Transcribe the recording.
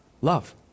Love